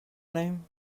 name